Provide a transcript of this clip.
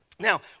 Now